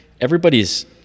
everybody's